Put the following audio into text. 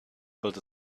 built